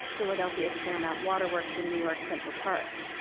philadelphia's fairmount waterworks, and new york's central park.